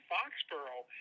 Foxborough